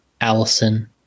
Allison